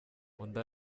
undi